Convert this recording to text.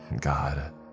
God